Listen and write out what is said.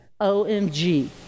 OMG